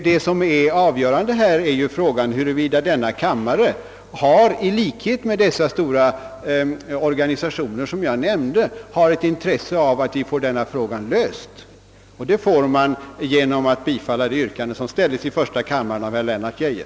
Det avgörande i detta sammanhang är dock huruvida denna kammare i likhet med de stora organisationer jag nämnde har ett intresse av att lösa denna fråga, vilket man kan göra genom att bifalla det yrkande som ställts i första kammaren av herr Lennart Geijer.